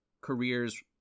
careers